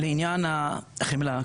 לעניין החמלה,